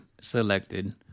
selected